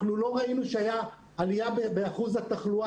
אנחנו לא ראינו שהייתה עלייה באחוז התחלואה